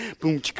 boom